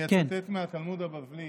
אדוני היושב-ראש, אני אצטט מהתלמוד הבבלי.